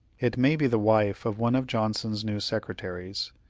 it may be the wife of one of johnson's new secretaries.